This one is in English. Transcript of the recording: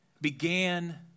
began